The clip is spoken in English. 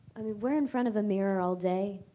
i mean we're in front of a mirror all day